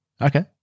okay